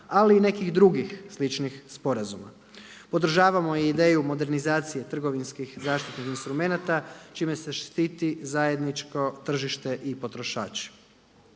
ali i nekih drugih sličnih sporazuma. Podržavamo i ideju modernizacije trgovinskih zaštitnih instrumenata čime se štiti zajedničko tržište i potrošač.